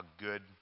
good